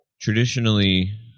traditionally